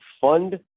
fund